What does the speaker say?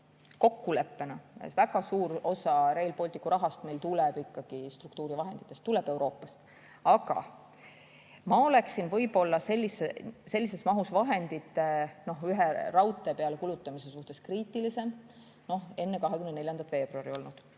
kokkuleppena väga suur osa Rail Balticu rahast tuleb ikkagi struktuurivahenditest, tuleb Euroopast. Aga ma oleksin võib-olla sellises mahus vahendite ühe raudtee peale kulutamise suhtes kriitilisem olnud enne 24. veebruari,